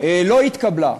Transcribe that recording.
לא התקבלה,